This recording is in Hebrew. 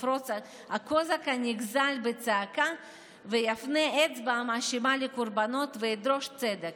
יפרוץ הקוזק הנגזל בצעקה ויפנה אצבע מאשימה לקורבנות וידרוש צדק,